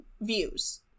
views